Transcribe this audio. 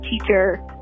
teacher